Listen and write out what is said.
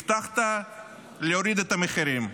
הבטחת להוריד את המחירים.